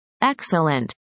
Excellent